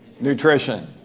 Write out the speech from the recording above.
Nutrition